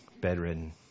bedridden